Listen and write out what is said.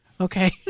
okay